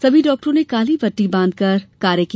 सभी डाक्टरों ने काली पट्टी बांधकर कार्य किया